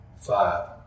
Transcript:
five